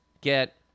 get